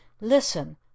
Listen